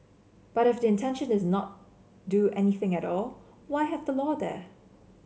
but if the intention is not do anything at all why have the law there